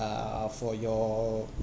err for your